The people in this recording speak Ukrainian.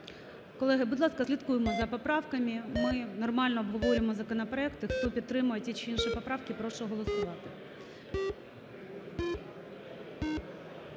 Колеги, будь ласка, слідкуємо за поправками, ми нормально обговорюємо законопроекти. Хто підтримує ті чи інші поправки, прошу голосувати.